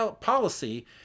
policy